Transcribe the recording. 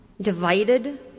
divided